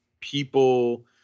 people